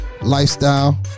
Lifestyle